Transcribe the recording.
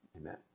amen